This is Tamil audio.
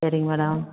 சரிங்க மேடம்